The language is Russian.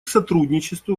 сотрудничеству